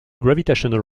gravitational